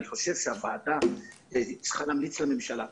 הוועדה צריכה להמליץ לממשלה,